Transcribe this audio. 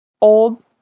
old